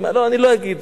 לא, אני לא אגיד.